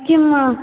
किम्